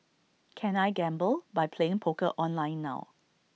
can I gamble by playing poker online now